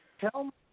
tell